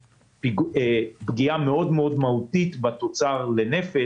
פגיעה מאוד מאוד מהותית בתוצר לנפש,